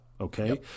okay